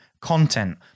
content